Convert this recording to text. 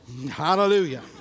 Hallelujah